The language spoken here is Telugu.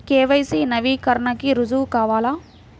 కే.వై.సి నవీకరణకి రుజువు కావాలా?